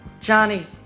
Johnny